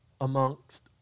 amongst